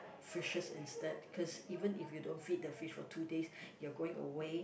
fishes instead cause even if you don't feed the fish for two days you are going away